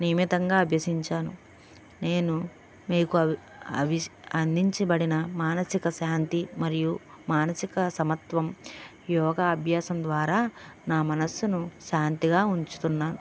నియమితంగా అభ్యసించాను నేను మీకు అవి అవిష్ అందించబడిన మానసిక శాంతి మరియు మానసిక సమత్వం యోగా అభ్యాసం ద్వారా నా మనసును శాంతిగా ఉంచుతున్నాను